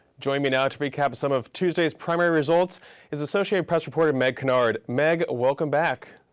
joining me now to recap some of tuesday's primary results is associate press reporter meg kinnard. meg, welcome back.